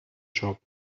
shop